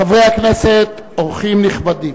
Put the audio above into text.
חברי הכנסת, אורחים נכבדים,